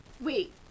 Wait